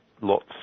lots